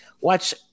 watch